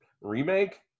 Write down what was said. remake